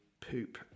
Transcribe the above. poop